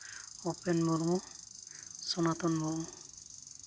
ᱩᱯᱮᱱ ᱢᱩᱨᱢᱩ ᱥᱳᱱᱟᱛᱚᱱ ᱢᱩᱨᱢᱩ